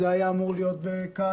זה היה אמור להיות כאן,